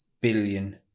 billion